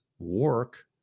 work